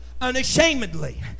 unashamedly